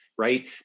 Right